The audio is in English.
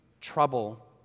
trouble